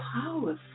powerful